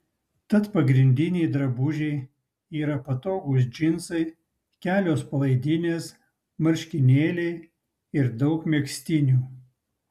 tad pagrindiniai drabužiai yra patogūs džinsai kelios palaidinės marškinėliai ir daug megztinių